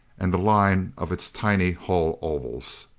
and the line of its tiny hull ovals.